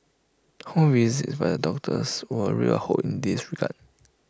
home visits by the doctors were A ray of hope in this regard